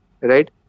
right